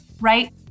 right